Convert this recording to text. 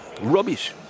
rubbish